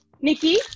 Nikki